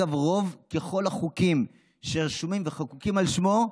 אגב, החוקים שרשומים וחקוקים על שמו,